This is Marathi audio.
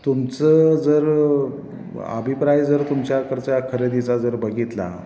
तुमचं जर अभिप्राय जर तुमच्याकरच्या खरेदीचा जर बघितला